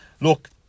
look